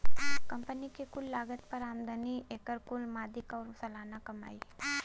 company के कुल लागत पर आमदनी, एकर कुल मदिक आउर सालाना कमाई